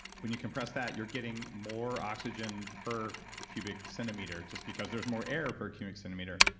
when you compress that you're getting more oxygen per cubic centimeter, just because there's more air per cubic centimeter.